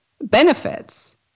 benefits